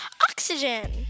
Oxygen